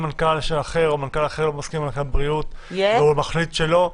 מנכ"ל אחר או מנכ"ל אחר לא מסכים עם מנכ"ל בריאות והוא מחליט שלא?